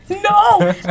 no